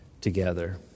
together